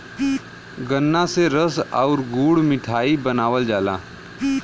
गन्रा से रस आउर गुड़ मिठाई बनावल जाला